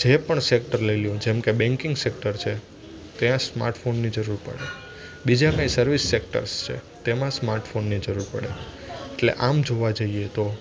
જે પણ સેક્ટર લઈ લ્યો જેમ કે બેન્કિંગ સેક્ટર છે ત્યાં સ્માર્ટફોનની જરૂર પડે બીજા કાંઈ સર્વિસ સેક્ટર્સ છે તેમાં સ્માર્ટફોનની જરૂર પડે એટલે આમ જોવા જઈએ તો